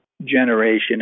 Generation